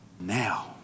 now